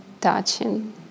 touching